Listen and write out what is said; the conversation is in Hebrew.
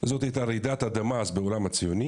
זאת הייתה רעידת אדמה אז בעולם הציוני